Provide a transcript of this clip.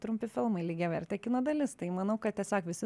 trumpi filmai lygiavertė kino dalis tai manau kad tiesiog visi